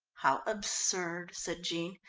how absurd, said jean.